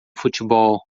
futebol